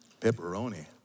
pepperoni